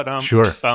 Sure